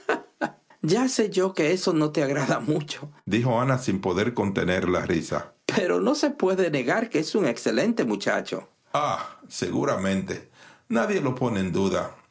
ya sé yo que eso no te agrada muchodijo ana sin poder contener la risa pero no se puede negar que es un excelente muchacho ah seguramente nadie lo pone en duda